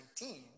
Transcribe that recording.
19